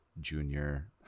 Junior